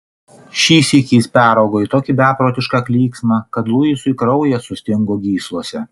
šįsyk jis peraugo į tokį beprotišką klyksmą kad luisui kraujas sustingo gyslose